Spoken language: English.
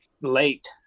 late